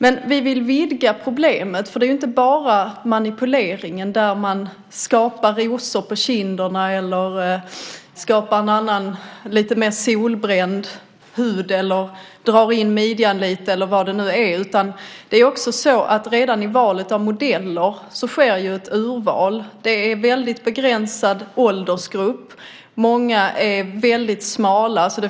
Vi vill emellertid vidga problemet. Det handlar nämligen inte bara om manipuleringen av bilden, där man skapar rosor på kinden, en lite mer solbränd hud, drar in midjan lite grann eller vad det nu kan vara, utan redan i valet av modell sker ett urval. Åldersgruppen är mycket begränsad och många är väldigt smala.